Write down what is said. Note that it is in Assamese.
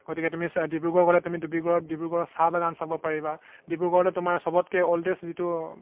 গতিকে তুমি ডিব্ৰুগড় গ'লে তুমি ডিব্ৰুগড়ত ডিব্ৰুগড়ৰ চাহ বাগান চাব পাৰিবা ডিব্ৰুগড়তে তোমাৰ চবতকৈ অলডেষ্ট যিটো